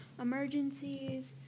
emergencies